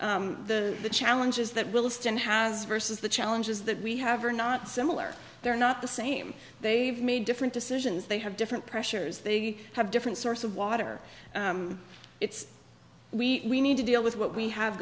fair the challenges that we'll stand has versus the challenges that we have are not similar they're not the same they've made different decisions they have different pressures they have different source of water it's we need to deal with what we have